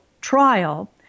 trial